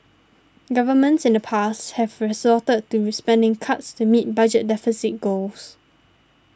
governments in the past have resorted to spending cuts to meet budget deficit goals